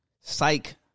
Psych